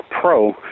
Pro